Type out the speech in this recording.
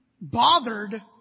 bothered